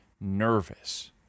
nervous